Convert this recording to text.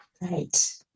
Right